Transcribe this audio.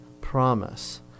promise